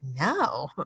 no